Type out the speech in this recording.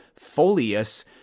folius